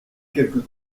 quelques